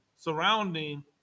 surrounding